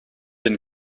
den